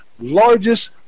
largest